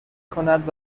کند